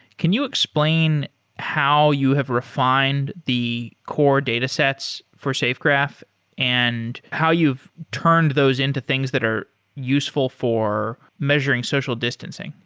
can you explain how you have refined the core datasets for safegraph and how you've turned those into things that are useful for measuring social distancing?